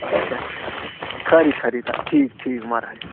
अच्छा अच्छा खरी खरी तां ठीक ठीक महाराज